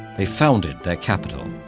they founded their capital,